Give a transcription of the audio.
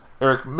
Eric